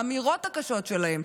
האמירות הקשות שלהם,